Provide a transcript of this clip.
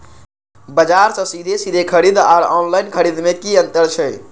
बजार से सीधे सीधे खरीद आर ऑनलाइन खरीद में की अंतर छै?